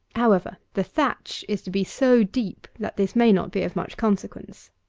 however, the thatch is to be so deep, that this may not be of much consequence.